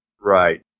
Right